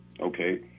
Okay